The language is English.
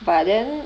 but then